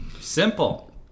simple